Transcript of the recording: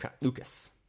Lucas